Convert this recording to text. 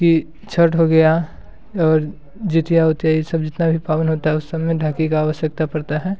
कि छत्त हो गया और जुतिया उतिया ये सब जितना भी पावन होता है उस सब में ढाकी की आवश्यकता पड़ती है